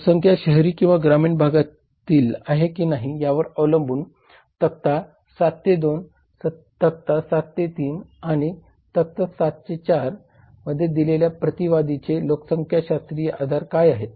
लोकसंख्या शहरी किंवा ग्रामीण भागातील आहे की नाही यावर अवलंबून तक्ता 7 2 तक्ता 7 3 आणि तक्ता 7 4 मध्ये दिलेल्या प्रतिवादीचे लोकसंख्याशास्त्रीय आधार काय आहेत